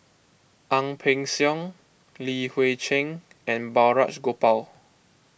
Ang Peng Siong Li Hui Cheng and Balraj Gopal